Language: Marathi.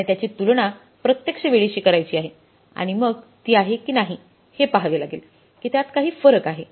आणि त्याची तुलना प्रत्यक्ष वेळेशी करायची आहे आणि मग ती आहे की नाही हे पहावे लागेल की त्यात काही फरक आहे